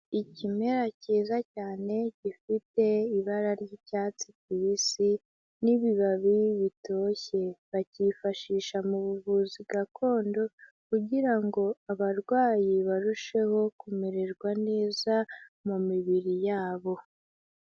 Ikimera cyiza cyane gifite ibara ry'icyatsi kibisi n'ibibabi bitoshye. Bakifashisha m'ubuvuzi gakondo kugirango abarwayi barusheho kumererwa neza mu mibiri yabo.